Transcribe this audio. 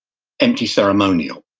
empty ceremonial.